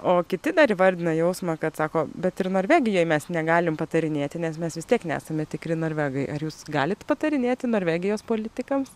o kiti dar įvardina jausmą kad sako bet ir norvegijoj mes negalim patarinėti nes mes vis tiek nesame tikri norvegai ar jūs galit patarinėti norvegijos politikams